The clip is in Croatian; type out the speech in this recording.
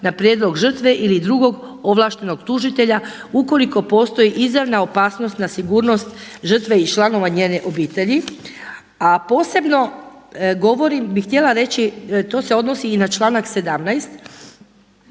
na prijedlog žrtve ili drugog ovlaštenog tužitelja ukoliko postoji izravna opasnost na sigurnost žrtve i članova njene obitelji. A posebno govorim, bi htjela reći to se odnosi i na članak 17.